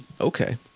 Okay